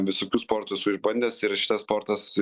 visokių sportų esu išbandęs ir šitas sportas